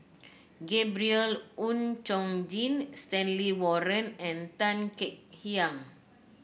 Gabriel Oon Chong Jin Stanley Warren and Tan Kek Hiang